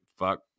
fuck